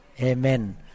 Amen